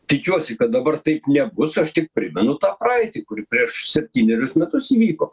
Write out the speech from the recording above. tikiuosi kad dabar taip nebus aš tik primenu tą praeitį kur prieš septynerius metus įvyko